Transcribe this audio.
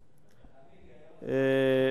הראשי?